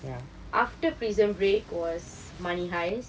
after prison break was money heist